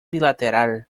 bilateral